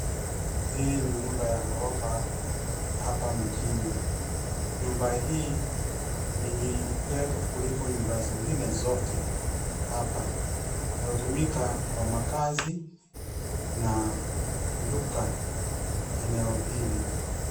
Hii ni nyumba ya ghorofa hapa mjini. Nyumba hii ni ndefu kuliko nyumba zingine zote hapa unaotumika kwa makazi na duka eneo hili.